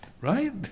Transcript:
Right